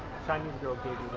chinese girl gave